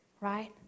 right